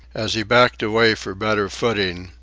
as he backed away for better footing,